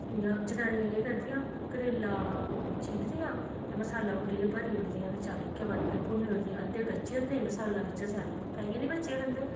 इ'यां जनानियां केह् करदियां करेला चीरदियां ते मसाला कुट्टियै भरी ओड़दियां ते चल इक्कै बारी गै भुन्नी ओड़दियां अद्धे कच्चे होंदे मसाला बिच्चै सैल्ला होंदा ताइयैं नी बच्चे खंदे